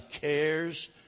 cares